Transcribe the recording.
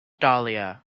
dahlia